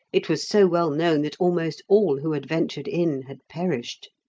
it was so well known that almost all who had ventured in had perished.